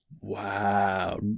Wow